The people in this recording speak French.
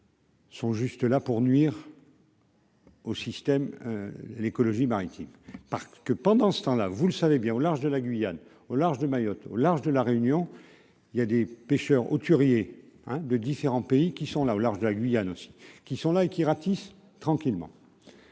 Sont juste là pour nuire. Au système l'écologie maritime, parce que pendant ce temps là, vous le savez bien, au large de la Guyane, au large de Mayotte au large de la Réunion, il y a des pêcheurs hauturiers, hein, de différents pays qui sont là, au large de la Guyane aussi qui sont là et qui ratisse tranquillement.